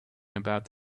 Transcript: about